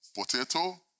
Potato